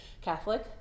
Catholic